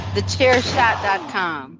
Thechairshot.com